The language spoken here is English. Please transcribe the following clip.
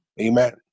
Amen